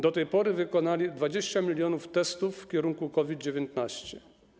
Do tej pory wykonali 20 mln testów w kierunku COVID-19.